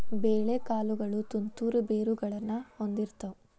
ಬೇಳೆಕಾಳುಗಳು ತಂತು ಬೇರುಗಳನ್ನಾ ಹೊಂದಿರ್ತಾವ